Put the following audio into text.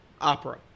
opera